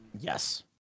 yes